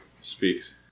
Speaks